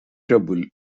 trouble